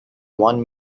one